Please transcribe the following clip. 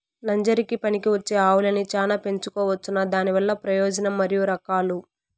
నంజరకి పనికివచ్చే ఆవులని చానా పెంచుకోవచ్చునా? దానివల్ల ప్రయోజనం మరియు రకాలు?